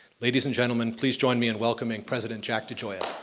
ladies and gentlemen, please join me in welcoming president jack degioia.